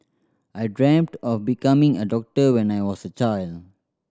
I dreamt of becoming a doctor when I was a child